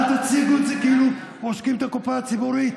אל תציגו את זה כאילו עושקים את הקופה הציבורית.